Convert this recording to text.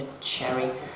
cherry